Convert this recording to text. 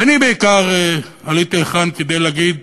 ואני בעיקר עליתי לכאן כדי להגיד: